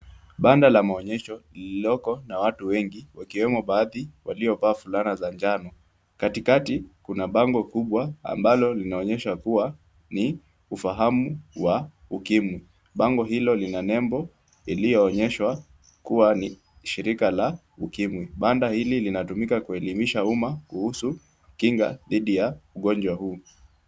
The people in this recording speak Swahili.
Banda la maonyesho lililoko na watu wengi, wakiwemo waliovaa fulana za njano. kati kati kuna bango kubwa ambalo linaonyesha kuwa ni ufahamu wa ukimwi. Bango hilo lina nembo iliyoonyeshwa kuwa ni shirika la ukimwi. Banda hili linatumika kuelimisha uma kuhusu kinga dhidi ya ugonjwa huu.